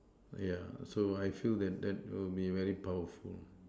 yeah so I feel that that will be very powerful